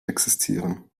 existieren